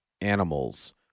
animals